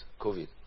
COVID